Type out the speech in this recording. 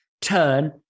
turn